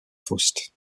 faust